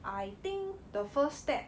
I think the first step